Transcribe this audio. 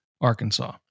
arkansas